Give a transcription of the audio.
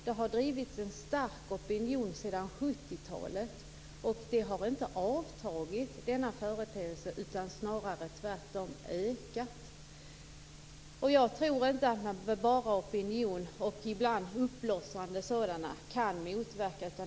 Det har drivits en stark opinion sedan 70-talet. Den företeelsen har inte avtagit utan snarare ökat. Jag tror inte att det bara med hjälp av en ibland uppblossande opinion går att motverka.